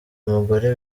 umugore